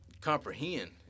Comprehend